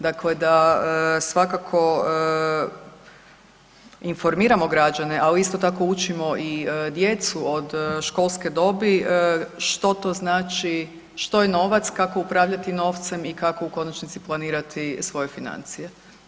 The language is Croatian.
Dakle da svakako informiramo građane ali isto tako učimo i djecu od školske dobi što to znači, što je novac, kako upravljati novcem i kako u konačnici planirati svoje financije.